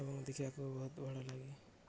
ଏବଂ ଦେଖିବାକୁ ବହୁତ ଭିଡ଼ ଲାଗେ